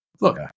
Look